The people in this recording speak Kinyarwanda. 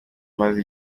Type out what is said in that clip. maze